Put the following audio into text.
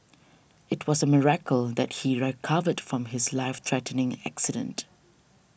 it was a miracle that he recovered from his life threatening accident